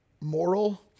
moral